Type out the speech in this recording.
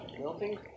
melting